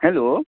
hello